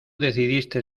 decidiste